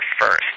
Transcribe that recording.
first